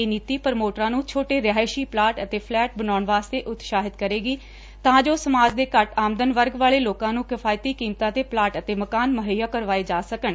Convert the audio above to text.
ਇਹ ਨੀਤੀ ਪ੍ਰਮੋਟਰਾਂ ਨੂੰ ਛੋਟੇ ਰਿਹਾਇਸ਼ੀ ਪਲਾਟ ਅਤੇ ਫਲੈਟ ਬਣਾਉਣ ਵਾਸਤੇ ਉਤਸ਼ਾਹਿਤ ਕਰੇਗਾ ਤਾਂ ਜੋ ਸਮਾਜ ਦੇ ਘੱਟ ਆਮਦਨ ਵਰਗ ਵਾਲੇ ਲੋਕਾਂ ਨੂੰ ਕਿਫਾਇਤੀ ਕੀਮਤਾਂ ਤੇ ਪਲਾਟ ਅਤੇ ਮਕਾਨ ਮੁਹੱਈਆ ਕਰਵਾਏ ਜਾ ਸਕਣ